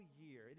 year